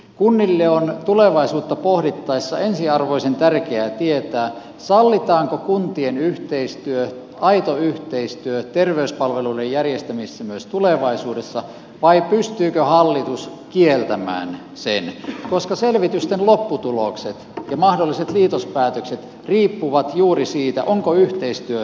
kunnille on tulevaisuutta pohdittaessa ensiarvoisen tärkeää tietää sallitaanko kun tien yhteistyö aito yhteistyö terveyspalveluiden järjestämisessä myös tulevaisuudessa vai pystyykö hallitus kieltämään sen koska selvitysten lopputulokset ja mahdolliset liitospäätökset riippuvat juuri siitä onko yhteistyö mahdollista vai ei